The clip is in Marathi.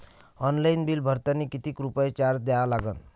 ऑनलाईन बिल भरतानी कितीक रुपये चार्ज द्या लागन?